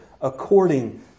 according